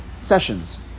sessions